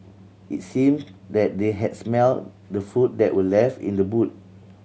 it seemed that they had smelt the food that were left in the boot